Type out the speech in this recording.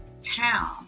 town